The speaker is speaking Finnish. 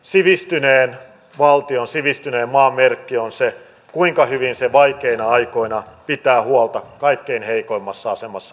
sivistyneen valtion sivistyneen maan merkki on se kuinka hyvin se vaikeina aikoina pitää huolta kaikkein heikoimmassa asemassa olevista ihmisistä